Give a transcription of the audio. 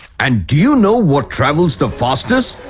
and, do you know what travels the fastest?